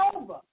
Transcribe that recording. over